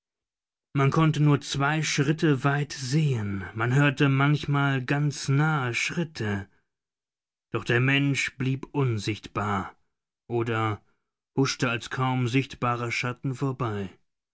man konnte nur zwei schritte weit sehen man hörte manchmal ganz nahe schritte doch der mensch blieb unsichtbar oder huschte als kaum sichtbarer schatten vorbei